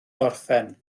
gorffen